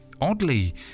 oddly